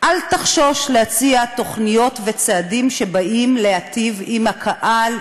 אל תחשוש להציע תוכניות וצעדים שבאים להיטיב עם הקהל,